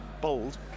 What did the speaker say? bold